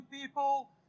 people